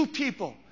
people